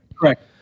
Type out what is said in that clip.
Correct